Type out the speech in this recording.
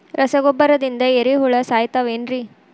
ರಸಗೊಬ್ಬರದಿಂದ ಏರಿಹುಳ ಸಾಯತಾವ್ ಏನ್ರಿ?